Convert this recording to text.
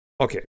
okay